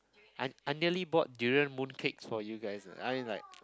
I I nearly bought durian mooncakes for you guys ah I'm like